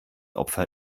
opfer